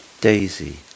daisy